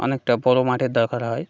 অনেকটা বড়ো মাঠের দরকার হয়